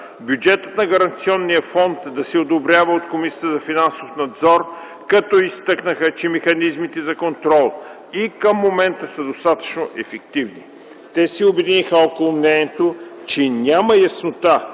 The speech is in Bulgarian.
бюджетът на Гаранционния фонд да се одобрява от Комисията за финансов надзор, като изтъкнаха, че механизмите за контрол и към момента са достатъчно ефективни. Те се обединиха около мнението, че няма яснота